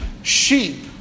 Sheep